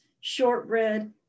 shortbread